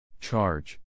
Charge